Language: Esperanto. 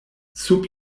sub